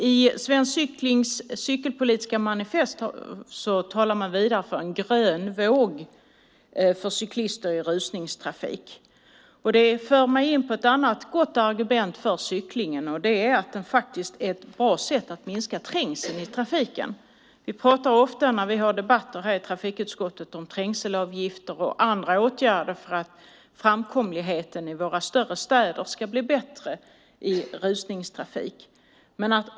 I Svensk Cyklings cykelpolitiska manifest talar man för en grön våg för cyklister i rusningstrafik. Det för mig in på ett annat gott argument för cykling. Det är faktiskt ett bra sätt att minska trängseln i trafiken. Vi pratar om trängselavgifter och andra åtgärder för att framkomligheten i våra större städer ska bli bättre i rusningstrafik.